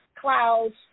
clouds